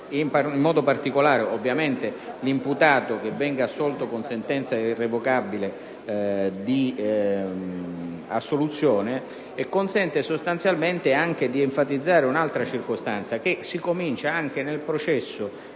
(in modo particolare l'imputato che venga assolto con sentenza irrevocabile di assoluzione), consente sostanzialmente di enfatizzare anche un'altra circostanza. Anche nel processo